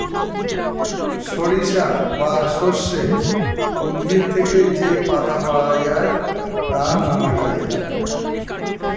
সরিষা বা সর্ষে উদ্ভিদ থেকে যে পাতা পাওয়া যায় তা নানা কাজে লাগে